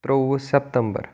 ترٛووُہ سیٚپتمبر